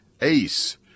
Ace